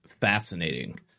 fascinating